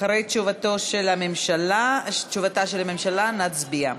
אחרי תשובתה של הממשלה נצביע.